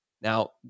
Now